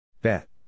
bet